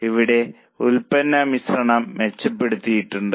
അവിടെ നമ്മൾ ഉൽപ്പന്ന മിശ്രണം മെച്ചപ്പെടുത്തിയിട്ടുണ്ട്